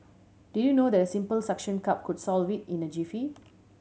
did you know that a simple suction cup could solve it in a jiffy